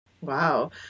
Wow